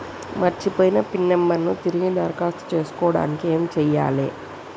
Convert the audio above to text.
మర్చిపోయిన PIN number ను తిరిగి దరఖాస్తు చేసుకోవడానికి ఏమి చేయాలే?